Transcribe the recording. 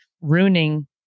ruining